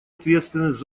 ответственность